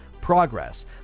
progress